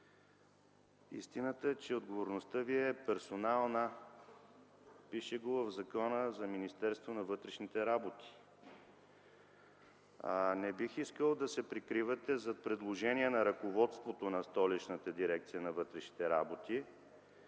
истината е, че отговорността Ви е персонална. Пише го в Закона за Министерство на вътрешните работи. Не бих искал да се прикривате зад предложения на ръководството на Столичната дирекция на вътрешните работи